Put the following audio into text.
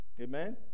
Amen